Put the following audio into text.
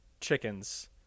chickens